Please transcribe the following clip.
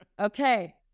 Okay